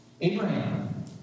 Abraham